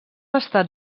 estat